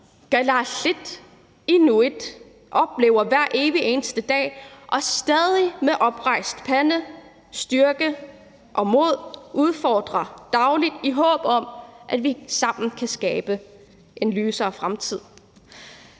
kalaallit/inuit – oplever hver evig eneste dag og stadig med oprejst pande, styrke og mod udfordrer dagligt, i håb om at vi sammen kan skabe en lysere fremtid.